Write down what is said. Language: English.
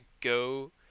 go